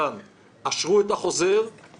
כפי שאמרתי בשנים האחרונות,